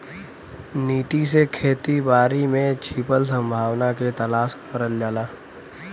नीति से खेती बारी में छिपल संभावना के तलाश करल जाला